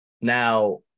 now